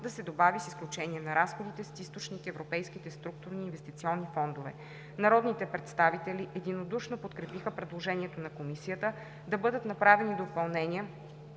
да се добави „с изключение на разходите с източник Европейските структурни и инвестиционни фондове“. Народните представители единодушно подкрепиха предложението на Комисията да бъдат направени допълнения